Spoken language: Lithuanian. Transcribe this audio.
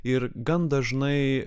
ir gan dažnai